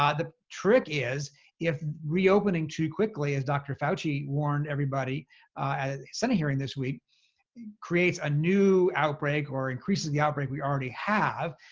um the trick is if reopening too quickly, as dr. fauci warned everybody at the senate hearing this week creates a new outbreak or increases the outbreak we already have,